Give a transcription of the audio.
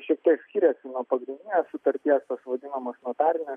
šiek tiek skiriasi nuo pagrindinės sutarties tos vadinamos notarinės